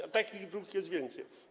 A takich dróg jest więcej.